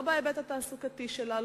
לא בהיבט התעסוקתי שלה,